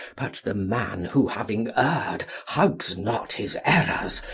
but the man who having erred hugs not his errors,